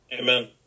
Amen